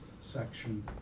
section